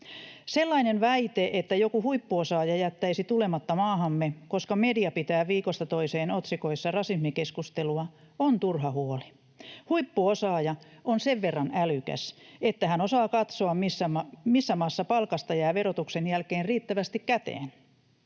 Sellainen väite, että joku huippuosaaja jättäisi tulematta maahamme, koska media pitää viikosta toiseen otsikoissa rasismikeskustelua, on turha huoli. Huippuosaaja on sen verran älykäs, että hän osaa katsoa, missä maassa palkasta jää verotuksen jälkeen riittävästi käteen.